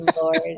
lord